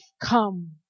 come